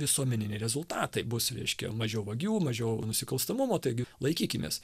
visuomeniniai rezultatai bus reiškia mažiau vagių mažiau nusikalstamumo taigi laikykimės